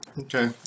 Okay